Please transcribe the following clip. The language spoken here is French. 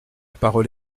parole